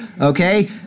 Okay